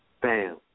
Bam